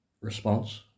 response